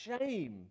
shame